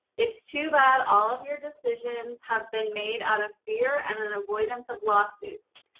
it's too bad all of your decisions have been made out of fear and and avoidance of lawsuits.